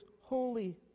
holy